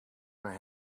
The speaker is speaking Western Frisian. mei